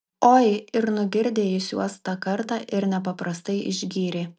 oi ir nugirdė jis juos tą kartą ir nepaprastai išgyrė